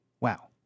Wow